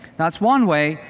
that's one way.